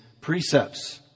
precepts